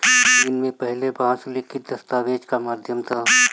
चीन में पहले बांस लिखित दस्तावेज का माध्यम था